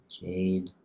Jade